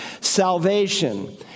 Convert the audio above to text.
salvation